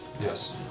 Yes